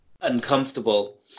uncomfortable